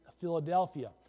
Philadelphia